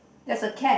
there's a cat